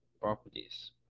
properties